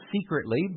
Secretly